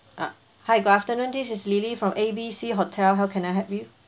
uh hi good afternoon this is lily from A B C hotel how can I help you